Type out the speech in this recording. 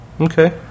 Okay